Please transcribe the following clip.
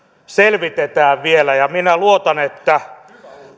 selvitetään vielä minä luotan että